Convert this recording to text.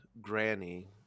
Granny